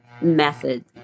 method